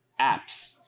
apps